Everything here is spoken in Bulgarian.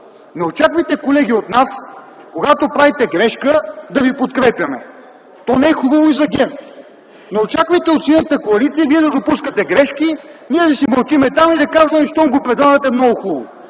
не очаквайте, колеги, от нас, когато правите грешка, да ви подкрепяме. То не е хубаво и за ГЕРБ. Не очаквайте от „Синята коалиция” вие да допускате грешки, ние да си мълчим там и да казваме: щом го предлагате, много хубаво.